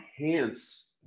enhance